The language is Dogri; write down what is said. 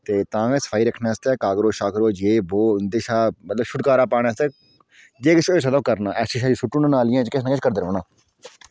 ते तां गै सफाई रक्खने आस्तै अगर एह् ओह् उंदे शा छुटकारा पैने आस्तै जे किश होऐ ओह् करदे रौह्ना अच्छा एसिड सुट्टना नालियें ते किश ना किश करदे रौह्ना